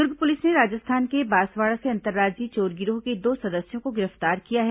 Durg police ने राजस्थान के बासवाड़ा से अंतर्राज्यीय चोर गिरोह के दो सदस्यों को गिरफ्तार किया है